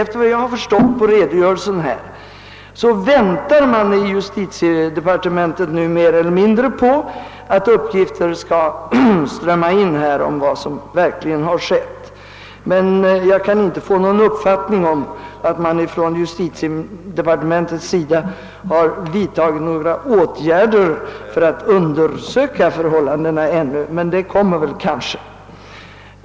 Efter vad jag förstått av den lämnade redogörelsen väntar man nu i justitiedepartementet mer eller mindre på att uppgifter skall strömma in om vad som verkligen har hänt, men jag kan inte få någon uppfattning om huruvida man från justitiedepartementets sida ännu så länge har vidtagit några åtgärder för att undersöka förhållandena, men det kommer kanske att ske.